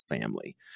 family